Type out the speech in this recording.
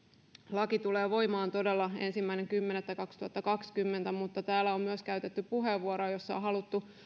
laki tulee voimaan todella ensimmäinen kymmenettä kaksituhattakaksikymmentä mutta täällä on myös käytetty puheenvuoroja joissa on on haluttu